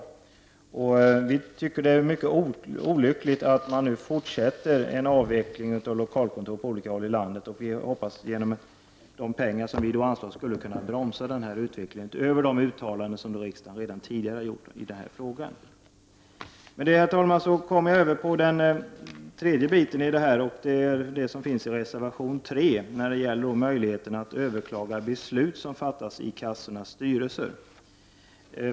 Vi tycker att det är mycket olyckligt att man nu fortsätter en avveckling av lokalkontor på olika håll i landet. Vi hoppas att denna utveckling genom de pengar som vi vill anslå skulle kunna bromsas, utöver de uttalanden riksdagen redan har gjort i denna fråga. Med detta, herr talman, kommer jag över på möjligheten att överklaga beslut som har fattats i kassornas styrelser, vilket tas upp i reservation 3.